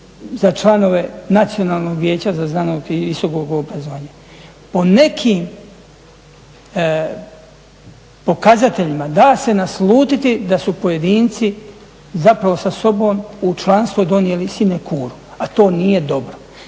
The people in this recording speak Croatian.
za članove Nacionalnog vijeća za znanost i visokog obrazovanja. Po nekim pokazateljima da se naslutiti da su pojedinci zapravo sa sobom u članstvo donijeli sinekuru a to nije dobro,